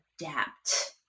adapt